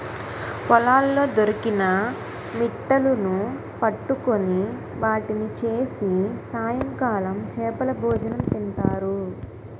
పొలాల్లో దొరికిన మిట్టలును పట్టుకొని వాటిని చేసి సాయంకాలం చేపలభోజనం తింటారు